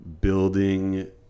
building